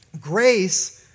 Grace